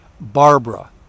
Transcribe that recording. Barbara